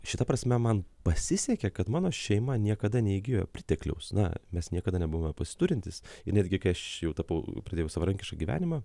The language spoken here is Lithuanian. šita prasme man pasisekė kad mano šeima niekada neįgijo pritekliaus na mes niekada nebuvome pasiturintys ir netgi kai aš jau tapau pradėjau savarankišką gyvenimą